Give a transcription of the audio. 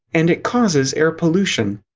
and it causes air pollution.